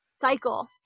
cycle